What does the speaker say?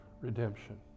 redemption